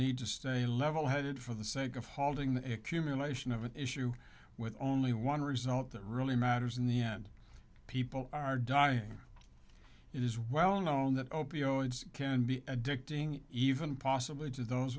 need to stay level headed for the sake of holding the accumulation of an issue with only one result that really matters in the end people are dying it is well known that opioids can be addicting even possibly to those